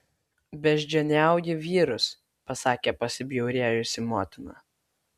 beždžioniauji vyrus pasakė pasibjaurėjusi motina